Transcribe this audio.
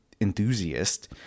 enthusiast